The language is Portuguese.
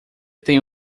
tem